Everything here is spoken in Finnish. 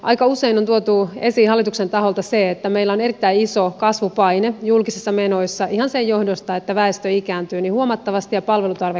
aika usein on tuotu esiin hallituksen taholta se että meillä on erittäin iso kasvupaine julkisissa menoissa ihan sen johdosta että väestö ikääntyy niin huomattavasti ja palveluterve kasvaa